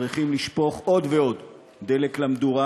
צריכים לשפוך עוד ועוד דלק למדורה,